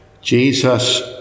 Jesus